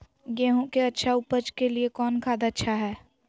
गेंहू के अच्छा ऊपज के लिए कौन खाद अच्छा हाय?